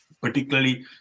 particularly